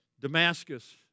Damascus